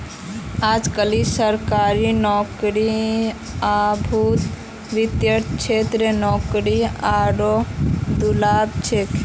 अजकालित सरकारी नौकरीर अभाउत वित्तेर क्षेत्रत नौकरी आरोह दुर्लभ छोक